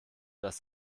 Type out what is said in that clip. das